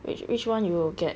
which which [one] you will get